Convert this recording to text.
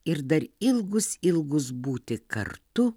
ir dar ilgus ilgus būti kartu